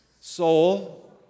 soul